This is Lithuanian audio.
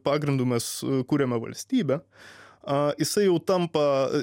pagrindu mes kuriame valstybę a jisai jau tampa